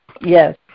yes